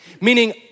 Meaning